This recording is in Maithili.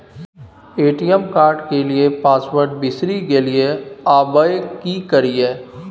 ए.टी.एम कार्ड के पासवर्ड बिसरि गेलियै आबय की करियै?